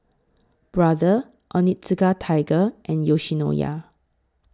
Brother Onitsuka Tiger and Yoshinoya